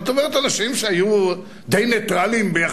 זאת אומרת אנשים שהיו די נייטרלים ולא